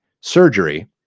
surgery